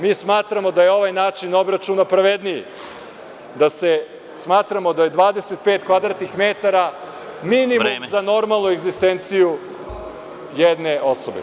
Mi smatramo da je ovaj način obračuna pravedniji, smatramo da je 25 kvadratnih metara minimum za normalnu egzistenciju jedne osobe.